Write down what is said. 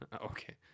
Okay